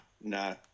No